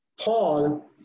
Paul